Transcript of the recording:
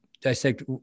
dissect